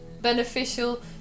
beneficial